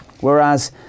Whereas